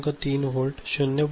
3 volt 0